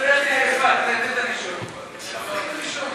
בבקשה, אדוני,